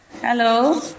Hello